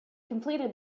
completed